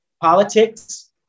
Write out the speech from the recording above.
politics